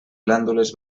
glàndules